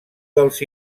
dels